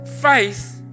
faith